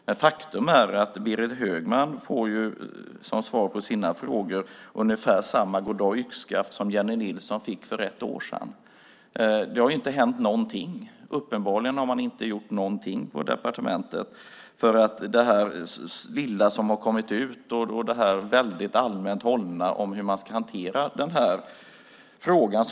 Men faktum är att Berit Högman får som svar på sina frågor ungefär samma goddag yxskaft som Jennie Nilsson fick för ett år sedan. Det har inte hänt någonting. Uppenbarligen har man inte gjort någonting på departementet med tanke på det lilla man har gått ut med och det väldigt allmänt hållna om hur man ska hantera frågan.